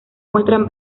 muestran